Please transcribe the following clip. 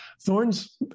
thorns